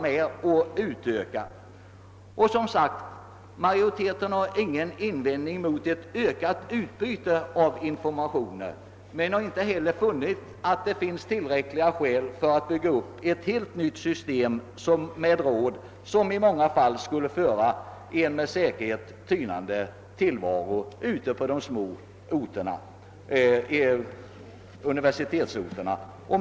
Majoriteten har som sagt ingen invändning mot ett ökat utbyte av information men den har inte funnit, att det finns tillräckliga skäl för att bygga upp ett helt nytt system med råd, som i många fall med säkerhet skulle föra en tynande tillvaro på de små universitetsorterna. Herr talman!